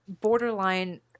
borderline